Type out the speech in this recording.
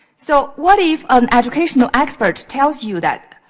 so, what if um educational expert tells you that